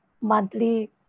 monthly